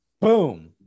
Boom